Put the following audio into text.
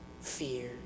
fear